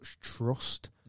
trust